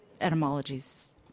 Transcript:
etymologies